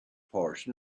portion